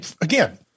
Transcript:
again